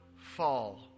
fall